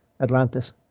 Atlantis